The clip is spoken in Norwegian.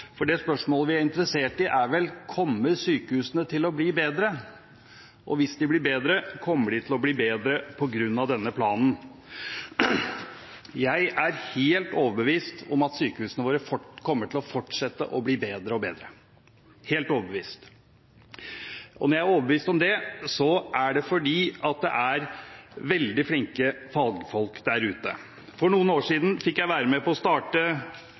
for det spørsmålet vi er interessert i, er vel om sykehusene kommer til å bli bedre. Og hvis de blir bedre, kommer de til å bli bedre på grunn av denne planen? Jeg er helt overbevist om at sykehusene våre kommer til å fortsette å bli bedre og bedre – helt overbevist. Når jeg er overbevist om det, er det fordi det er veldig flinke fagfolk der ute. For noen år siden fikk jeg være med på å starte